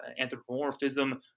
anthropomorphism